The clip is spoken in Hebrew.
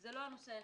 זה לא הנושא היחיד,